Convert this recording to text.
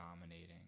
dominating